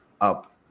up